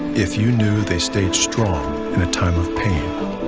if you knew they stayed strong in a time of pain,